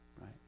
right